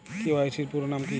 KYC এর পুরোনাম কী?